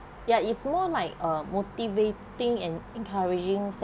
yeah it's more like a motivating and encouraging